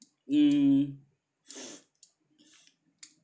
mm